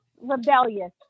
rebellious